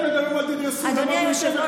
אתם מדברים על "תדרסו" אדוני היושב-ראש,